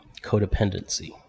codependency